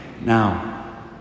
Now